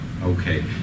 Okay